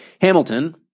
Hamilton